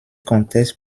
comtesse